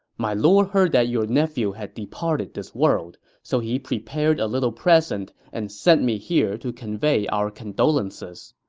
my lord heard that your nephew had departed this world, so he prepared a little present and sent me here to convey our condolences.